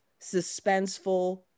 suspenseful